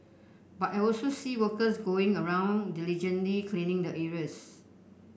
but I also see workers going around diligently cleaning the areas